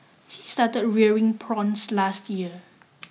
he started rearing prawns last year